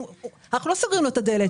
אנחנו לא סוגרים לו את הדלת.